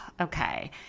Okay